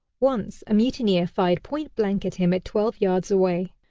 once, a mutineer fired point-blank at him at twelve yards away,